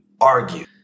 argue